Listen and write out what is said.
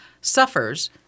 suffers